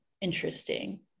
interesting